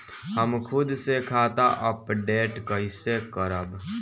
हम खुद से खाता अपडेट कइसे करब?